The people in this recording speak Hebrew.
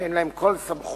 שאין להם כל סמכות